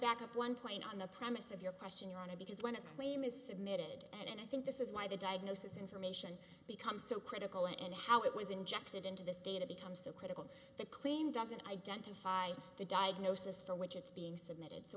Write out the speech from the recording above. back up one plane on the premise of your question your honor because when a claim is submitted and i think this is why the diagnosis information becomes so critical and how it was injected into this data becomes so critical that clean doesn't identify the diagnosis for which it's being submitted so